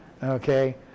Okay